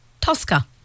Tosca